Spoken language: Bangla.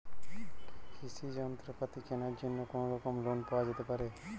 কৃষিযন্ত্রপাতি কেনার জন্য কোনোরকম লোন পাওয়া যেতে পারে?